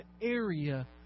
area